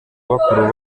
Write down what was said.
bakuru